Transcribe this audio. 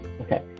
Okay